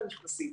מי הנכנסים,